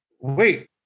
wait